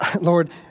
Lord